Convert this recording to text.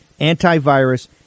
antivirus